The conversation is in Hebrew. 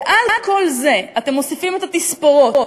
ועל כל זה אתם מוסיפים את התספורות.